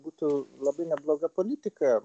būtų labai nebloga politika